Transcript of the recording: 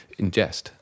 ingest